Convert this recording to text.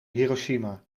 hiroshima